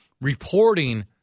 reporting